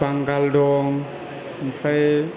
बांगाल दं ओमफ्राय